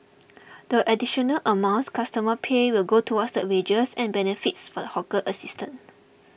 the additional amounts customers pay will go towards the wages and benefits for the hawker assistant